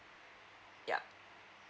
yup